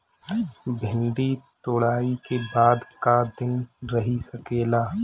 भिन्डी तुड़ायी के बाद क दिन रही सकेला?